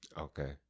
Okay